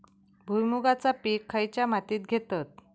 भुईमुगाचा पीक खयच्या मातीत घेतत?